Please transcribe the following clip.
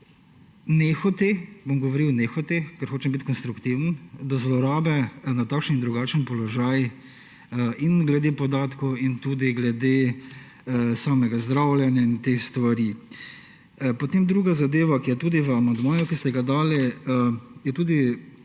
nehote ‒ bom govoril nehote, ker hočem biti konstruktiven ‒, do zlorabe na takšen ali drugačen položaj in glede podatkov in tudi glede samega zdravljenja in teh stvari. Potem druga zadeva, ki je tudi v amandmaju, ki ste ga dali, mislim,